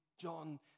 John